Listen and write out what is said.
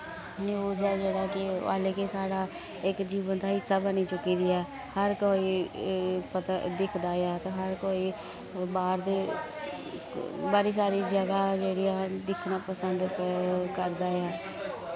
news ऐ जेह्ड़ा कि आह्ले कि साढ़ा इक जीवन दा हिस्सा बनी चुकी दी ऐ हर कोई पता दिक्ख दा ऐ ते हर कोई बाह्र दे बड़ी सारी जगह जेह्ड़ियां न दिक्खना पसंद क करदा ऐ